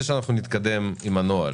שנתקדם עם הנוהל.